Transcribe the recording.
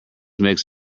makes